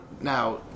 now